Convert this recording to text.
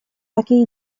такие